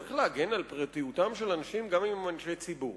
צריך להגן על פרטיותם של אנשים גם אם הם אנשי ציבור.